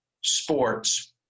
sports